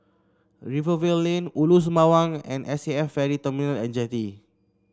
Rivervale Lane Ulu Sembawang and S A F Ferry Terminal amd Jetty